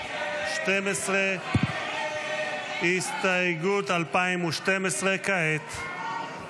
211 עשינו שמית.